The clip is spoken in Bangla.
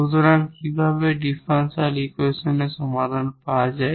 সুতরাং কিভাবে এই ডিফারেনশিয়াল ইকুয়েশনের সমাধান পাওয়া যায়